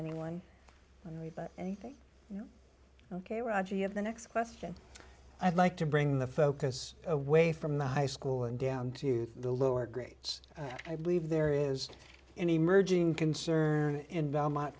anyone anything you know ok roger you have the next question i'd like to bring the focus away from the high school and down to the lower grades i believe there is any merging concern in belmont